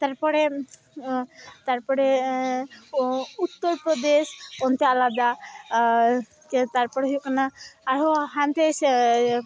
ᱛᱟᱨᱯᱚᱨᱮ ᱛᱟᱨᱯᱚᱨᱮ ᱩᱛᱛᱚᱨ ᱯᱨᱚᱫᱮᱥ ᱚᱱᱛᱮ ᱟᱞᱟᱫᱟ ᱟᱨ ᱛᱟᱨᱯᱚᱨᱮ ᱦᱩᱭᱩᱜ ᱠᱟᱱᱟ ᱟᱨᱦᱚᱸ ᱦᱟᱱᱛᱮ ᱥᱮ